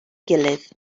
gilydd